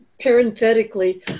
parenthetically